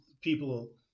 people